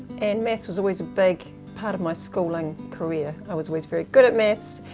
and maths was always a big part of my schooling career. i was always very good at maths,